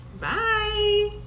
Bye